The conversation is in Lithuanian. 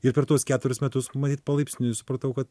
ir per tuos keturis metus matyt palaipsniui supratau kad